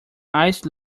ice